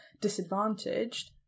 disadvantaged